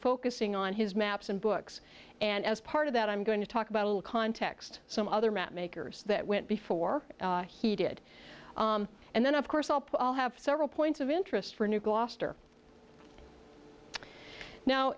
focusing on his maps and books and as part of that i'm going to talk about a little context some other mapmakers that went before he did and then of course all paul have several points of interest for new gloucester now